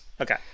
Okay